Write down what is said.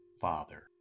father